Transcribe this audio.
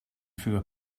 through